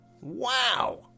Wow